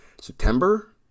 September